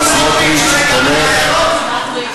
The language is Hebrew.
חישוב דמי לידה של עובדת עצמאית)